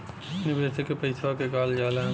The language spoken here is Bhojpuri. निवेशक के पइसवा के कहल जाला